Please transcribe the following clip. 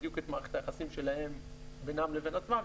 בדיוק את מערכת היחסים שלהם בינם לבין עצמם,